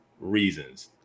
reasons